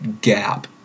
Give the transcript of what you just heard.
gap